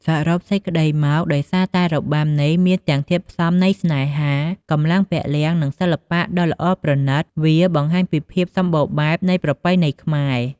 សរុបសេចក្តីមក ដោយសារតែរបាំនេះមានទាំងធាតុផ្សំនៃស្នេហា កម្លាំងពលំ និងសិល្បៈដ៏ល្អប្រណិត វាបង្ហាញពីភាពសម្បូរបែបនៃប្រពៃណីខ្មែរ។